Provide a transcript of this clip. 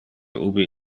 ubi